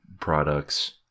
products